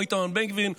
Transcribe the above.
כמו איתמר בן גביר,